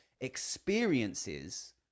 experiences